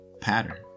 pattern